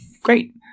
great